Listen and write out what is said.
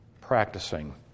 practicing